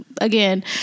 Again